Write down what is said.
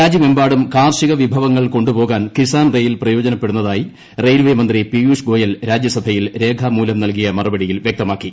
രാജ്യമെമ്പാടും കാർഷിക വിഭവങ്ങൾ കൊണ്ടുപോകാൻ കിസാൻ റെയിൽ പ്രയോജനപ്പെടുന്നതായി റെയിൽവേ മന്ത്രി പീയുഷ് ഗോയൽ രാജ്യസഭയിൽ രേഖാമൂലം നൽകിയ മറുപടിയിൽ വ്യക്തമാക്കി